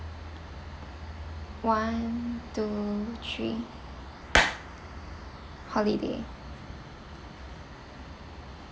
one two three holiday